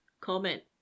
comment